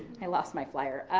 i lost my flyer.